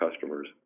customer's